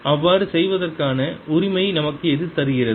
அவ்வாறு செய்வதற்கான உரிமை நமக்கு எது தருகிறது